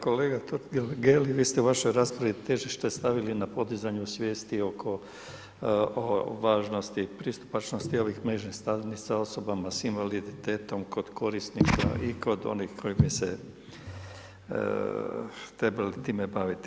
Kolega Totgergeli, vi ste u vašoj raspravi težište stavili na podizanju svijesti oko važnosti i pristupačnosti ovih mrežnih stranica osobama sa invaliditetom kod korisnika i kod onih koji bise trebali time baviti.